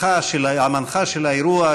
המנחה של האירוע,